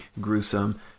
gruesome